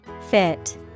Fit